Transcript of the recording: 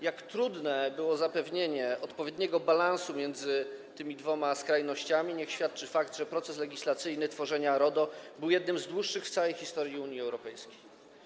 Jak trudne było zapewnienie odpowiedniego balansu między tymi dwoma skrajnościami, niech świadczy fakt, że proces legislacyjny dotyczący stworzenia RODO był jednym z dłuższych w całej historii Unii Europejskiej.